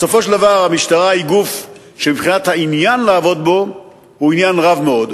בסופו של דבר המשטרה היא גוף שהעניין לעבוד בו הוא רב מאוד,